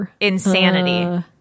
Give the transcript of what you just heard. insanity